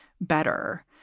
better